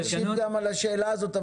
תענה גם על השאלה הזאת,